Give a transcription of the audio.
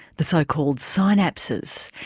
the so-called synapses.